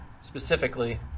specifically